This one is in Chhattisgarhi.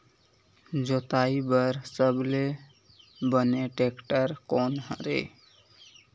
जोताई बर सबले बने टेक्टर कोन हरे?